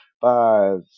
five